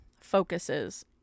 focuses